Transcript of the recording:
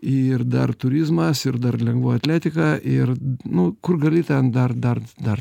ir dar turizmas ir dar lengvoji atletika ir nu kur gali ten dar dar dar